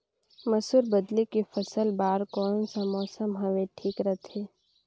मसुर बदले के फसल बार कोन सा मौसम हवे ठीक रथे?